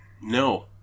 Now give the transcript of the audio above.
no